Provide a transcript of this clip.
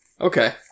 Okay